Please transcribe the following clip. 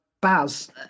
Baz